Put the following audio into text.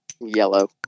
Yellow